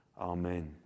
Amen